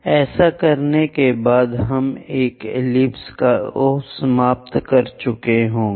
ऐसा करने के बाद हम इस एलिप्स को समाप्त कर देंगे